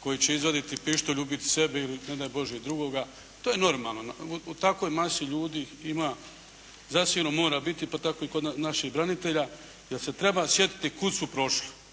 koji će izvaditi pištolj, ubiti sebe ili ne daj Bože drugoga. To je normalno. U takvoj masi ljudi ima, zacijelo mora biti pa tako i kod naših branitelja, jer se treba sjetiti kuda su prošli,